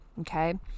Okay